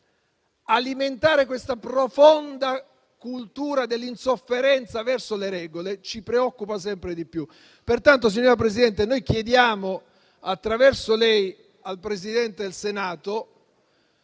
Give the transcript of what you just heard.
alimentare questa profonda cultura dell'insofferenza verso le regole ci preoccupa sempre di più. Pertanto, signora Presidente, noi chiediamo, attraverso di lei, al Presidente del Senato